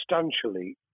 substantially